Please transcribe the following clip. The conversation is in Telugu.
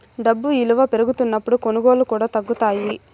డబ్బు ఇలువ పెరుగుతున్నప్పుడు కొనుగోళ్ళు కూడా తగ్గుతాయి